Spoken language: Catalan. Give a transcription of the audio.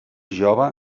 jove